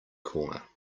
corner